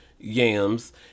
yams